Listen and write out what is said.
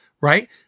right